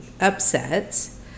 upsets